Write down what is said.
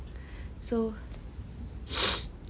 so